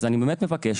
אני מאוד מבקש.